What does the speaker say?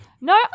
No